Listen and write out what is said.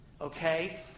okay